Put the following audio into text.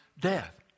death